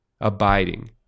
abiding